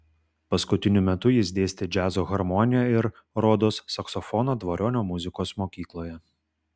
paskutiniu metu jis dėstė džiazo harmoniją ir rodos saksofoną dvariono muzikos mokykloje